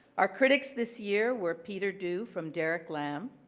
our critics this year were peter do from derek lam,